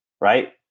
Right